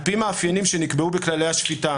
על פי מאפיינים שנקבעו בכללי השפיטה